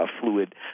fluid